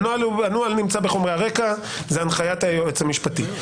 הנוהל נמצא בחומרי הרקע, זה הנחיית היועץ המשפטי.